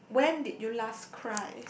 when did you last cry